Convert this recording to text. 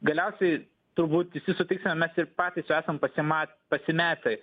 galiausiai turbūt visi sutiksime mes ir patys esam pasima pasimetę